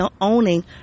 owning